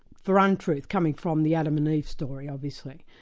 for untruth, coming from the adam and eve story obviously.